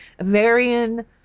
varian